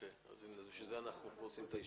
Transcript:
אוקיי, בשביל זה אנחנו עושים את הישיבה.